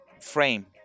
frame